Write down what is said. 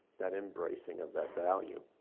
that embracing of that value.